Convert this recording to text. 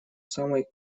самой